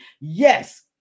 Yes